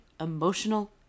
emotional